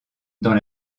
dans